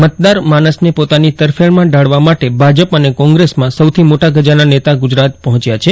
મતદાર માનસને પોતાની તરફેણમાં ઢાળવા માટે ભાજપ અને કોંગ્રેસમાં સૌથી મોટા ગજાના નેતા ગુજરાત પહોંચ્યા છે